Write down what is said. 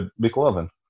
McLovin